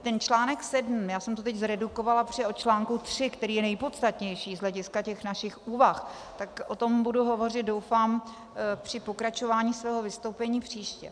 Ten článek 7 já jsem to teď zredukovala, protože o článku 3, který je nejpodstatnější z hlediska těch našich úvah, tak o tom budu hovořit doufám při pokračování svého vystoupení příště.